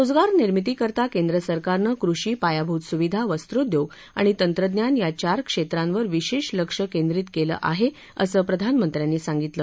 रोजगार निर्मितीकरता केंद्र सरकारनं कृषी पायाभूत सुविधा वस्त्रोद्योग आणि तंत्रज्ञान या चार क्षेत्रांवर विशेष लक्ष्य केंद्रित केलं आहे असं प्रधानमंत्र्यांनी सांगितलं